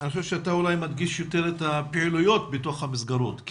אני חושב שאתה אולי מדגיש יותר את הפעילויות בתוך המסגרות,